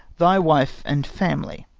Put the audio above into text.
thy wife, and family.